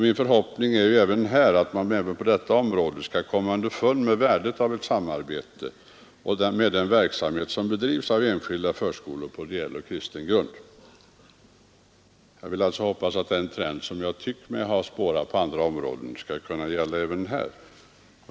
Min förhoppning är också att man även på det område vi i dag diskuterar skall komma underfund med värdet av ett samarbete med den verksamhet som bedrivs av enskilda förskolor på ideell och kristen grund. Jag vill alltså hoppas att den trend som jag tyckt vi har spårat på andra områden skall kunna gälla även här.